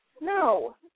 No